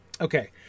Okay